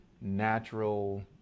natural